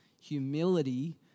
humility